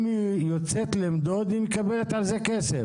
אם היא יוצאת למדוד, היא מקבלת על זה כסף.